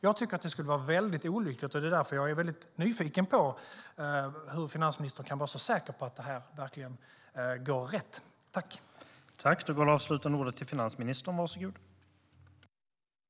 Jag tycker att det vore olyckligt, och därför är jag nyfiken på hur finansministern kan vara så säker på att detta går i rätt riktning.